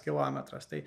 kilometras tai